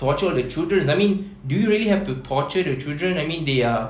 torture all the children I mean do you really have to torture the children I mean they are